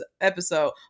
episode